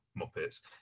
muppets